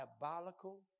diabolical